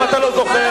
אם אתה לא זוכר.